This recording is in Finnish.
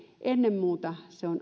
ennen muuta